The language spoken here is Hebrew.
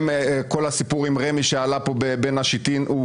כל הסיפור עם רמ"י שעלה פה בין השיטין הוא